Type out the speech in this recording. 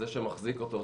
זה שמחזיק אותו,